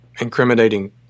incriminating